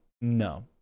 no